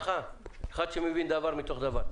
אחד שמבין דבר מתוך דבר.